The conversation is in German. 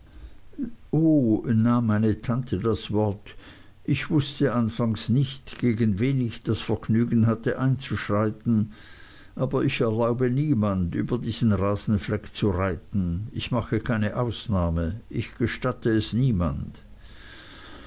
nahm meine tante das wort ich wußte anfangs nicht gegen wen ich das vergnügen hatte einzuschreiten aber ich erlaube niemand über diesen rasenfleck zu reiten ich mache keine ausnahme ich gestatte es niemand